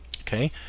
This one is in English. okay